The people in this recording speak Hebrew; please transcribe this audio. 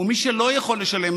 ומי שלא יכול לשלם,